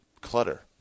clutter